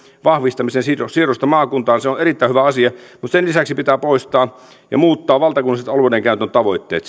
vahvistaminen siirto siirto maakuntaan on erittäin hyvä asia mutta sen lisäksi pitää muuttaa valtakunnalliset alueidenkäyttötavoitteet